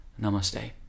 Namaste